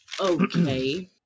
Okay